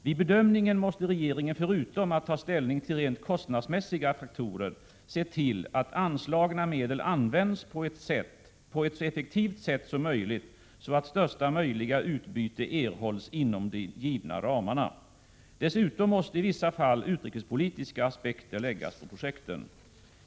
Vid bedömningen måste regeringen, förutom att ta ställning till rent kostnadsmässiga faktorer, se till att anslagna medel används på ett så effektivt sätt som möjligt så att största möjliga utbyte erhålls inom de givna ramarna. Dessutom måste i vissa fall utrikespolitiska aspekter läggas på projekten.